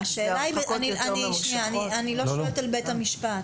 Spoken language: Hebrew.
אני לא שואלת על בית המשפט.